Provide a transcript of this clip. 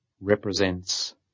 represents